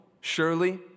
surely